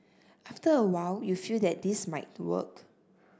after a while you feel that this might work